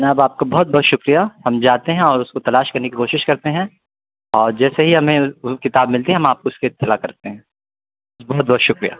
جناب آپ کا بہت بہت شکریہ ہم جاتے ہیں اور اس کو تلاش کرنے کی کوشش کرتے ہیں اور جیسے ہی ہمیں وہ کتاب ملتی ہے ہم آپ اس کے اطلاع کرتے ہیں بہت بہت شکریہ